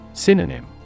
Synonym